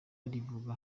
rivuga